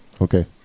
Okay